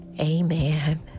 amen